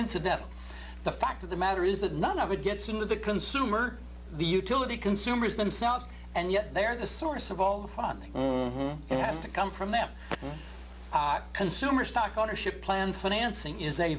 incidental the fact of the matter is that none of it gets into the consumer the utility consumers themselves and yet they are the source of all funding has to come from them consumer stock ownership plan financing is a